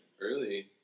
early